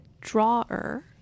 drawer